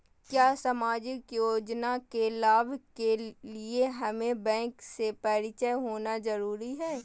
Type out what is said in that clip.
क्या सामाजिक योजना के लाभ के लिए हमें बैंक से परिचय होना जरूरी है?